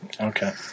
Okay